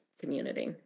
community